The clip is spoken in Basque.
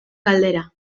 galdera